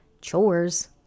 chores